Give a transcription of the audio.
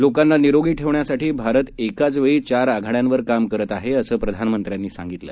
लोकांना निरोगी ठेवण्यासाठी भारत एकाचवेळी चार आघाड्यांवर काम करत आहे असं प्रधानमंत्र्यांनी सांगितलं